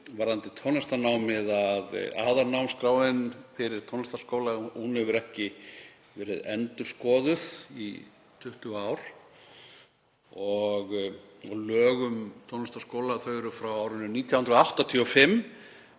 varðandi tónlistarnámið að aðalnámskrá fyrir tónlistarskóla hefur ekki verið endurskoðuð í 20 ár og lög um tónlistarskóla eru frá árinu 1985.